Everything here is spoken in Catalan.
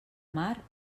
mar